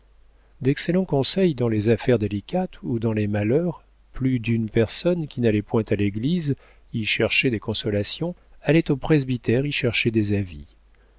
d'excellent conseil dans les affaires délicates ou dans les malheurs plus d'une personne qui n'allait point à l'église y chercher des consolations allait au presbytère y chercher des avis